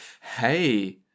hey